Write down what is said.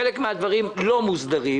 חלק מן הדברים לא מוסדרים,